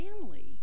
family